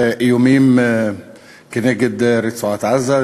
להפריח איומים כנגד רצועת-עזה,